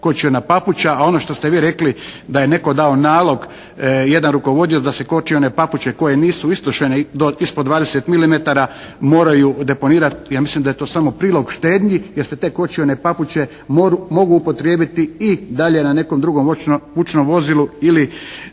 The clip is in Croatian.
kočiona papuča, a ono što ste vi rekli da je netko dao nalog jedan rukovodioc da se kočione papuče koje nisu istrošene do ispod 20 milimetara moraju deponirati. Ja mislim da je to samo prilog štednji, jer se te kočione papuče mogu upotrijebiti i dalje na nekom drugom vučnom vozilu ili